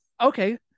Okay